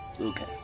Okay